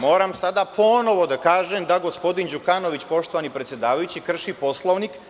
Moram sada ponovo da kažem da gospodin Đukanović, poštovani predsedavajući, krši Poslovnik.